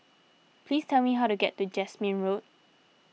please tell me how to get to Jasmine Road